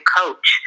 coach